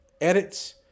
Edits